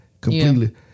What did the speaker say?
completely